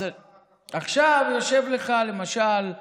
עכשיו, יושב לך, למשל,